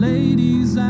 Ladies